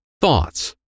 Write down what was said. thoughts